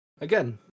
Again